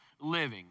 living